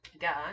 God